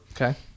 okay